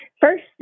first